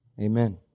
Amen